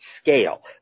scale